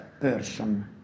person